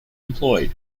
employed